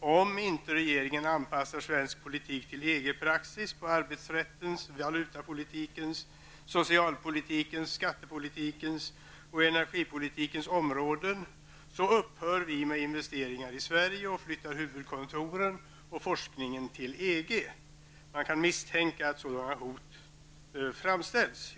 ''Om inte regeringen anpassar svensk politik till EGs praxis på arbetsrättens, valutapolitikens, socialpolitikens, skattepolitikens och energipolitikens områden, så upphör vi med investeringar i Sverige och flyttar huvudkontoren och forskningen till EG.'' Man kan misstänka att sådana hot framställts.